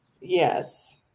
yes